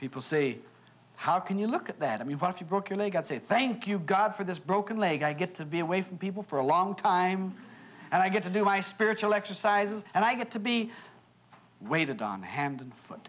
people say how can you look at that i mean once you broke your leg and said thank you god for this broken leg i get to be away from people for a long time and i get to do my spiritual exercises and i get to be waited on hand and foot